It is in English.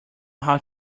how